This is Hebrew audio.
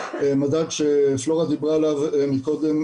מדד שפלורה דיברה עליו קודם,